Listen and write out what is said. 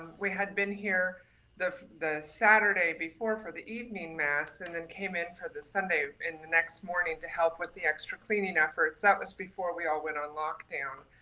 we had been here the the saturday before for the evening mass and then came in for the sunday and the next morning to help with the extra cleaning efforts that was before we all went on lockdown.